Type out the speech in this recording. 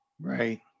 Right